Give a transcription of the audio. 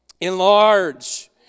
Enlarge